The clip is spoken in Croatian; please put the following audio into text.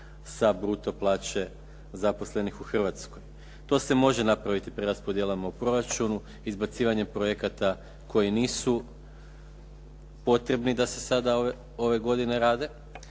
sa bruto plaće zaposlenih u Hrvatskoj. To se može napraviti preraspodjelom u proračunu izbacivanjem projekata koji nisu potrebni da se sada ove godine rade.